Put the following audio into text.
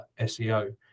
SEO